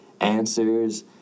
answers